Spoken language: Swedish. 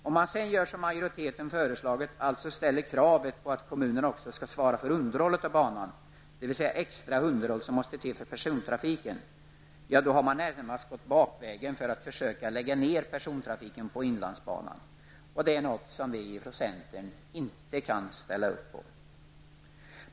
Om man sedan gör som majoriteten föreslagit, alltså ställer kravet på kommunerna att också svara för udnerhållet av banan, dvs. det extra underhåll som måste till för persontrafiken -- ja, då har man närmast gått bakvägen för att försöka lägga ner persontrafiken på inlandsbanan. Detta är något som vi från centern inte kan ställa upp på.